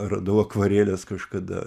radau akvarelės kažkada